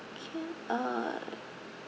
can uh yes